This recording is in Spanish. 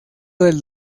del